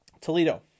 Toledo